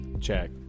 check